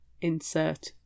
Insert